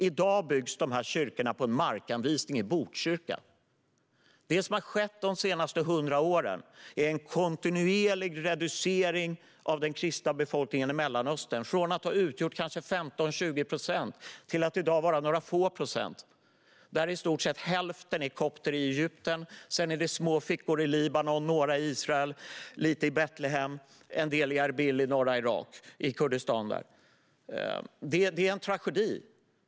I dag byggs dessa kyrkor på en markanvisning i Botkyrka. Det som har skett de senaste hundra åren är en kontinuerlig reducering av den kristna befolkningen i Mellanöstern. Från att ha utgjort kanske 15-20 procent är de i dag bara några få procent. I stort sett hälften av dem är kopter i Egypten. Sedan finns det små fickor i Libanon och några i Israel, lite i Betlehem och en del i Erbil i Kurdistan i norra Irak. Det är en tragedi.